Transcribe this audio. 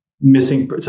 missing